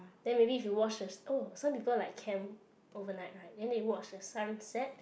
then maybe if you watch the oh some people like camp overnight right then they watch the sunset